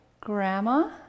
grandma